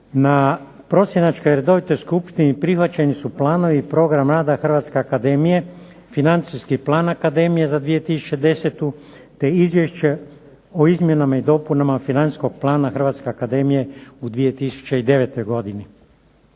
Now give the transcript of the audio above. Na prosinačkoj redovitoj skupštini prihvaćeni su planovi i program rada Hrvatske akademije, Financijski plan akademije za 2010. te izvješće o izmjenama i dopunama Financijsko plana Hrvatske akademije u 2009. godini.